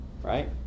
Right